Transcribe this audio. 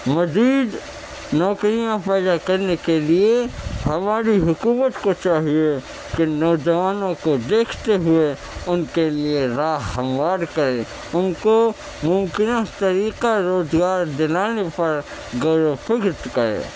مزید نوکریاں پیدا کرنے کے لیے ہماری حکومت کو چاہیے کہ نوجوانوں کو دیکھتے ہوئے ان کے لیے راہ ہموار کرے ان کو ممکنہ طریقہ روزگار دلانے پر غور و فکر کرے